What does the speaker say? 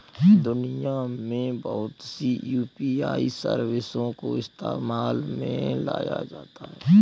दुनिया में बहुत सी यू.पी.आई सर्विसों को इस्तेमाल में लाया जाता है